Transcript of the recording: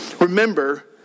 Remember